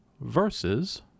versus